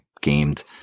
gamed